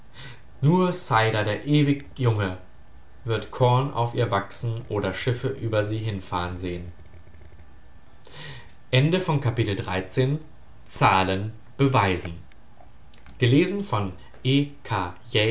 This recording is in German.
nur cidher der ewig junge wird korn auf ihr wachsen oder schiffe über sie hinfahren sehn